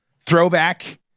throwback